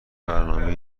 برنامه